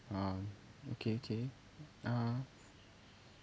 um okay okay uh